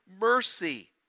mercy